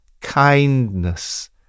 Kindness